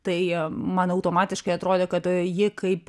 tai man automatiškai atrodė kad ji kaip